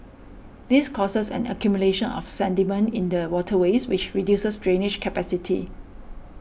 this causes an accumulation of sediment in the waterways which reduces drainage capacity